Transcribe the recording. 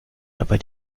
dabei